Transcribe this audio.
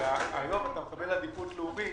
היום אתה מקבל עדיפות לאומית